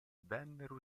vennero